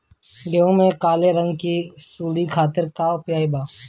गेहूँ में काले रंग की सूड़ी खातिर का उपाय बा?